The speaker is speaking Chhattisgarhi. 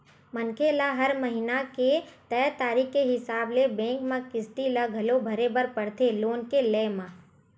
मनखे ल हर महिना के तय तारीख के हिसाब ले बेंक म किस्ती ल घलो भरे बर परथे लोन के लेय म